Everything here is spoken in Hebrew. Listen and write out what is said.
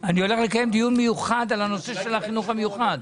לקיים דיון מיוחד על הנושא של החינוך המיוחד.